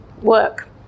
work